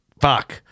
fuck